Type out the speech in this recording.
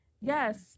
Yes